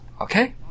okay